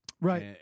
Right